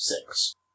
Six